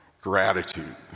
gratitude